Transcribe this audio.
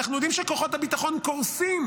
אנחנו יודעים שכוחות הביטחון קורסים